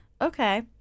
Okay